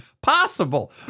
possible